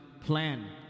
plan